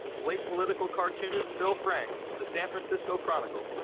late political cartoonist phil frank of the san francisco chronicle,